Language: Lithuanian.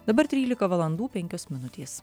dabar trylika valandų penkios minutės